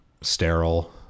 sterile